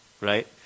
right